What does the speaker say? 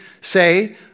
say